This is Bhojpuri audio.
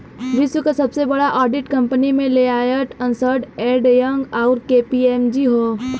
विश्व क सबसे बड़ा ऑडिट कंपनी में डेलॉयट, अन्सर्ट एंड यंग, आउर के.पी.एम.जी हौ